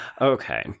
Okay